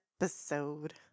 episode